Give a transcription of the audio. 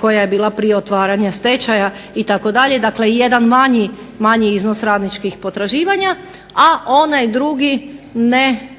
koja je bila prije otvaranja stečaja itd. Dakle, i jedan manji iznos radničkih potraživanja, a onaj drugi ne